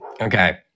Okay